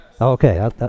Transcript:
okay